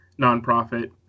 nonprofit